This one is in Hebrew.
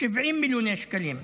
70 מיליוני שקלים,